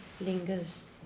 lingers